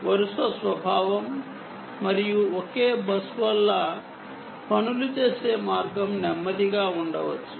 వరుస స్వభావం మరియు ఒకే బస్సు వల్ల పనులు చేసే మార్గం నెమ్మదిగా ఉండవచ్చు